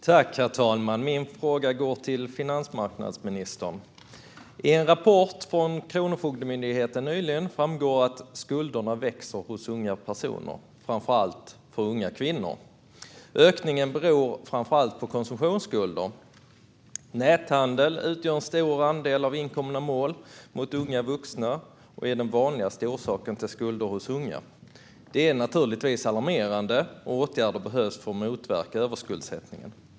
Herr talman! Min fråga går till finansmarknadsministern. Av en rapport från Kronofogdemyndigheten som kom nyligen framgår att skulderna växer hos unga personer, framför allt unga kvinnor. Ökningen beror främst på konsumtionsskulder. Näthandel utgör en stor andel av inkomna mål mot unga vuxna och är den vanligaste orsaken till skulder hos unga. Det är naturligtvis alarmerande, och åtgärder behövs för att motverka överskuldsättningen.